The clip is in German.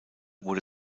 wurde